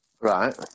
right